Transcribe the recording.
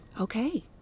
okay